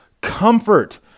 comfort